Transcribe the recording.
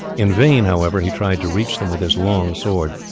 in vain, however, he tried to reach them with his long sword.